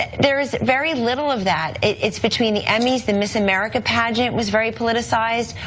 there is very little of that. it's between the emmys, the miss america pageant was very politicized,